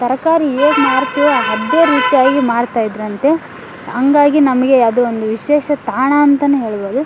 ತರಕಾರಿ ಹೇಗೆ ಮಾರ್ತಿವೋ ಅದೇ ರೀತಿಯಾಗಿ ಮಾರ್ತಾಯಿದ್ದರು ಅಂತೆ ಹಂಗಾಗಿ ನಮಗೆ ಅದು ಒಂದು ವಿಶೇಷ ತಾಣ ಅಂತಲೇ ಹೇಳ್ಬೋದು